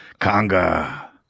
Conga